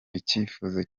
icyifuzo